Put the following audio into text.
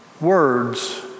words